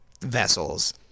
vessels